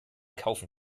kaufen